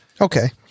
Okay